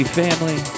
family